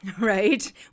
right